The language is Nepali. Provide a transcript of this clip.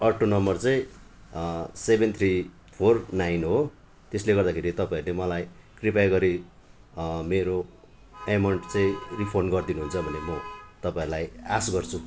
अटो नम्बर चाहिँ सेभेन थ्री फोर नाइन हो त्यसले गर्दाखेरि तपाईँहरूले मलाई कृपया गरि मेरो एमाउन्ट चाहिँ रिफन्ड गरिदिनुहुन्छ भन्ने म तपाईँहरूलाई आशा गर्छु